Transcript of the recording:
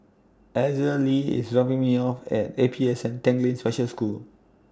Azalee IS dropping Me off At A P S N Tanglin Special School